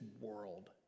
world